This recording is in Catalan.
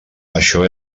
això